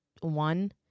one